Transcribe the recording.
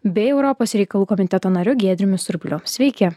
bei europos reikalų komiteto nariu giedriumi surpliu sveiki